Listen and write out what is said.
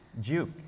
Juke